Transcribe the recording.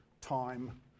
time